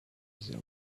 there